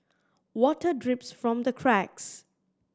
water drips from the cracks